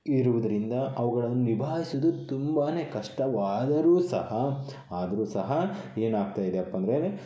ಇರುವುದರಿಂದ ಅವುಗಳನ್ನು ನಿಭಾಯಿಸುವುದು ತುಂಬಾ ಕಷ್ಟವಾದರೂ ಸಹ ಆದರೂ ಸಹ ಏನಾಗ್ತಾಯಿದೇಪ್ಪಾಂದ್ರೆ